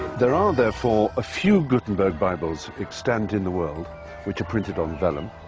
there are therefore a few gutenberg bibles extant in the world which are printed on vellum,